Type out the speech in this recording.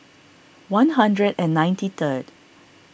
one hundred and ninety third